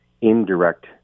indirect